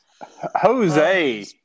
Jose